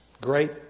great